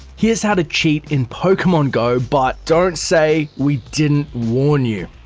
here's how to cheat in pokemon go but don't say we didn't warn you.